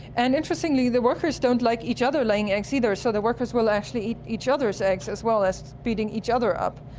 and interestingly the workers don't like each other laying eggs either, so the workers will actually eat each other's eggs as well as beating each other up.